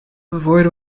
avoid